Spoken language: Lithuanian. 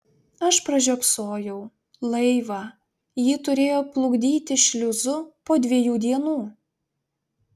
aš pražiopsojau laivą jį turėjo plukdyti šliuzu po dviejų dienų